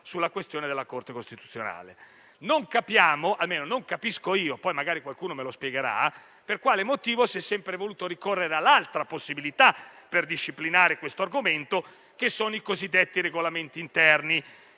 riferimento alla Corte costituzionale. Non capiamo - almeno non lo capisco io, poi magari qualcuno me lo spiegherà - per quale motivo si sia sempre voluto ricorrere all'altra possibilità per disciplinare questo argomento, ovvero ai cosiddetti regolamenti interni,